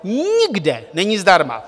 Nikde není zdarma!